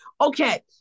Okay